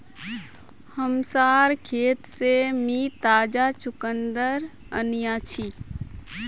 हमसार खेत से मी ताजा चुकंदर अन्याछि